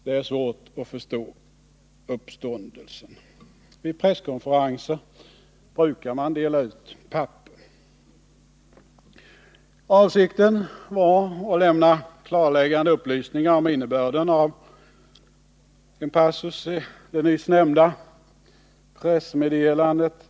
Det är svårt att förstå uppståndelsen. Vid presskonferenser brukar man dela ut papper. Avsikten var att lämna klarläggande upplysningar om innebörden av en passus i det nyss nämnda pressmeddelandet.